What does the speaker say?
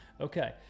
Okay